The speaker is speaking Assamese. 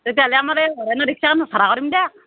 তেতিয়াহ'লে আমাৰ এই হৰেণৰ ৰিক্সাখান ভাড়া কৰিম দিয়ক